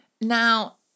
Now